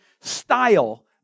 style